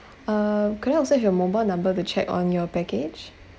um could I also your mobile number to check on your package